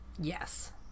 Yes